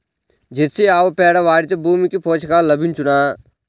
Jersey ఆవు పేడ వాడితే భూమికి పోషకాలు లభించునా?